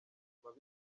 inyuma